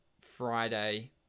Friday